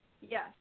yes